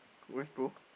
congrats bro